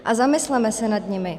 A zamysleme se nad nimi.